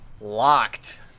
locked